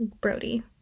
Brody